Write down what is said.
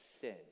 sin